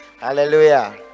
Hallelujah